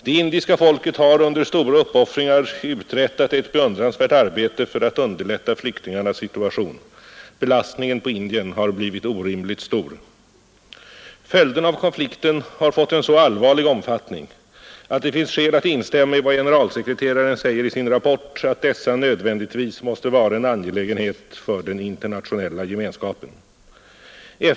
Det indiska folket har under stora uppoffringar uträttat ett beundransvärt arbete för att underlätta flyktingarnas situation. Belastningen på Indien har blivit orimligt stor. Följderna av konflikten har fått en så allvarlig omfattning att det finns skäl att instämma i vad generalsekreteraren sade i sin rapport att dessa nödvändigtvis måste vara en angelägenhet för den internationella gemenskapen.